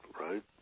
right